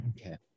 Okay